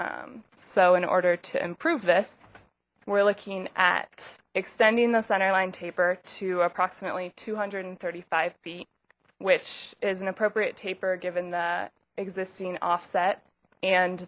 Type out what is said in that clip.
so in order to improve this we're looking at extending the centerline taper to approximately two hundred and thirty five feet which is an appropriate taper given the existing offset and